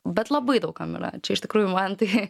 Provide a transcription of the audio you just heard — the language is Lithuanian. bet labai daug kam yra čia iš tikrųjų man tai